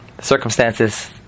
Circumstances